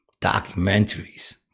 documentaries